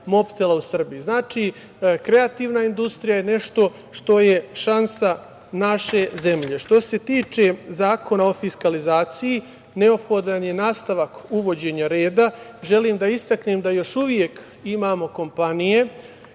„Mobtela“ u Srbiji. Znači, kreativna industrija je nešto što je šansa naše zemlje. Što se tiče Zakona o fiskalizaciji, neophodan je nastavak uvođenja reda. Želim da istaknem da još uvek imamo kompanije